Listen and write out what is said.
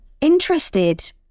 interested